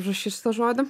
užrašyt šitą žodį